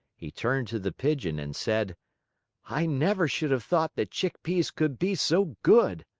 he turned to the pigeon and said i never should have thought that chick-peas could be so good!